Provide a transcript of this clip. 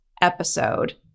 episode